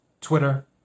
Twitter